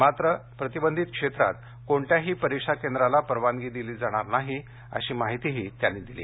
पण प्रतिबंधित क्षेत्रात कोणत्याही परीक्षा केंद्राला परवानगी दिली जाणार नाही अशी माहितीही त्यांनी दिली